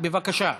בבקשה.